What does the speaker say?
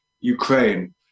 Ukraine